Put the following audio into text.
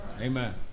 Amen